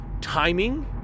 timing